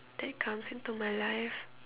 that comes into my life